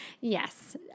Yes